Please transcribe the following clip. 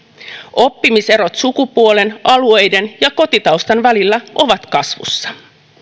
oppimiserot sukupuolten alueiden ja kotitaustan välillä ovat kasvussa